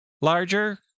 larger